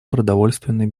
продовольственной